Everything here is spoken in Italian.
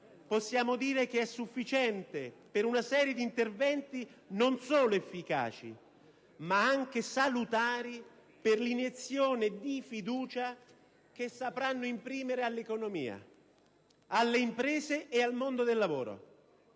stesso tempo, sufficiente per una serie di interventi non solo efficaci, ma anche salutari per l'iniezione di fiducia che sapranno imprimere all'economia, alle imprese e al mondo del lavoro,